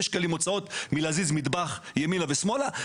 שקלים כדי להזיז מטבח ימינה או שמאלה.